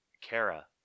Kara